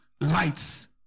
Lights